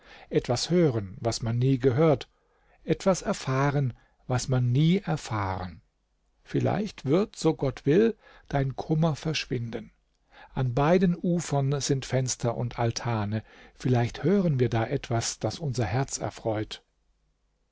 etwas hören was man nie gehört etwas erfahren was man nie erfahren vielleicht wird so gott will dein kummer verschwinden an beiden ufern sind fenster und altane vielleicht hören wir da etwas das unser herz erfreut